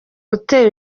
utewe